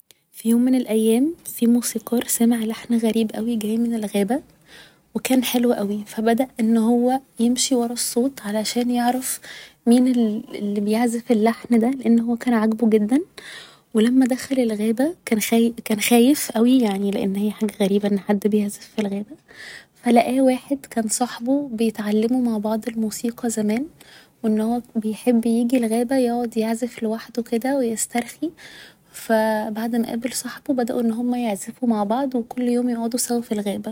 في يوم من الأيام في موسيقار سمع لحن غريب اوي جاي من الغابة و كان حلو اوي فبدأ ان هو يمشي ورا الصوت علشان يعرف مين اللي بيعزف اللحن ده لان هو كان عاجبه جدا و لما دخل الغابة كان كان خايف اوي لان هي حاجة غريبة ان حد بيعزف في الغابة ف لقاه واحد كان صاحبه بيتعلموا مع بعض الموسيقى زمان و ان هو بيحب ييجي الغابة يقعد يعزف لوحده كده و يسترخي فبعد ما قابل صاحبه بدأوا ان هما يعزفوا مع بعض و كل يوم يقعدوا سوا في الغابة